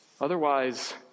Otherwise